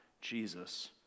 Jesus